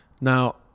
now